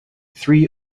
three